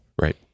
Right